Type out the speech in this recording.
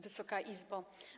Wysoka Izbo!